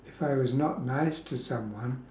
if I was not nice to someone